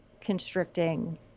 constricting